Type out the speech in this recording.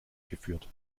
geführt